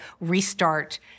restart